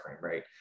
right